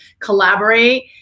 collaborate